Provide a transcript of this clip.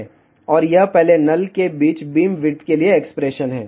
और यह पहले नल के बीच बीमविड्थ के लिए एक्सप्रेशन है